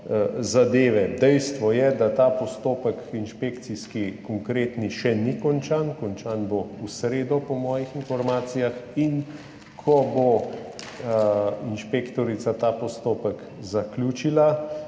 zadeve. Dejstvo je, da ta konkretni inšpekcijski postopek še ni končan, končan bo v sredo, po mojih informacijah. Ko bo inšpektorica ta postopek zaključila